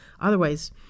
otherwise